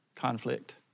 Conflict